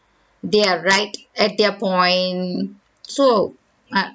they are right at their point so uh